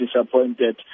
disappointed